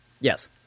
Yes